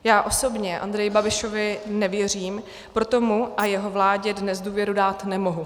Já osobně Andreji Babišovi nevěřím, proto mu a jeho vládě dnes důvěru dát nemohu.